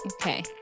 Okay